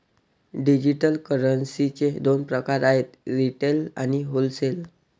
digital करन्सीचे दोन प्रकार आहेत रिटेल आणि होलसेल